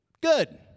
Good